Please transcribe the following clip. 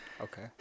Okay